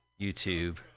YouTube